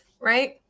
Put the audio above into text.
right